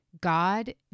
God